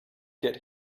get